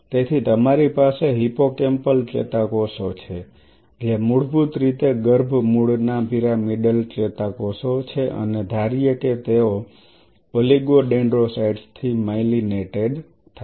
તેથી તમારી પાસે હિપ્પોકેમ્પલ ચેતાકોષો છે જે મૂળભૂત રીતે ગર્ભ મૂળના પિરામિડલ ચેતાકોષો છે અને ધારીએ કે તેઓ ઓલિગોડેન્ડ્રોસાઇટ્સથી માઇલિનેટેડ થાય